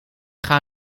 gaan